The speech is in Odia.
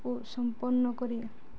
ଓ ସମ୍ପନ୍ନ କରି